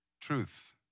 truth